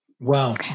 Wow